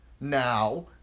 now